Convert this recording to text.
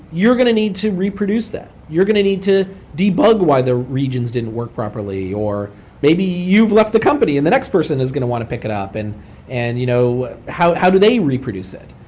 you're going to need to reproduce that. you're going to need to debug why the regions didn't work properly, or maybe you've left the company and the next person is going to want to pick it up. and and you know how how do they reproduce it?